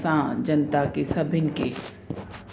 असां जनता खे सभिनि खे